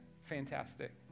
Fantastic